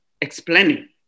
explaining